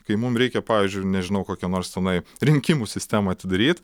kai mum reikia pavyzdžiui nežinau kokio nors tenai rinkimų sistemą atidaryt